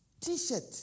t-shirt